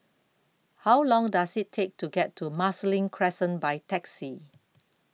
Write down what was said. How Long Does IT Take to get to Marsiling Crescent By Taxi